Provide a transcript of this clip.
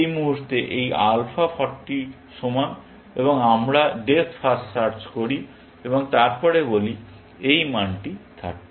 এই মুহুর্তে এই আলফা 40 এর সমান এবং আবার আমরা ডেপ্থ ফার্স্ট সার্চ করি এবং তারপরে বলি এই মানটি 30